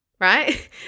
Right